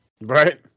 Right